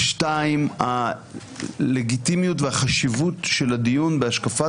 השני הלגיטימיות והחשיבות של הדיון בהשקפת